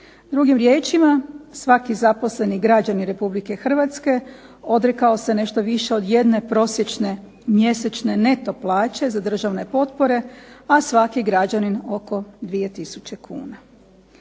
Drugim riječima svaki zaposleni građanin Republike Hrvatske odrekao se nešto više od jedne prosječne mjesečne neto plaće za državne potpore, a svaki građanin oko 2 tisuće kuna.